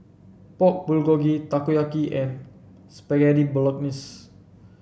Pork Bulgogi Takoyaki and Spaghetti Bolognese